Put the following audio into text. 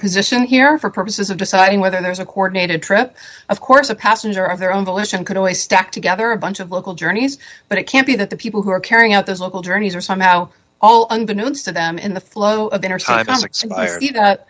position here for purposes of deciding whether there's a court made a trip of course a passenger of their own volition could always stack together a bunch of local journeys but it can't be that the people who are carrying out those little journeys are somehow all unbeknownst to them in the flow of ener